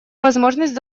возможность